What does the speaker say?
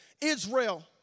Israel